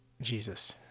Jesus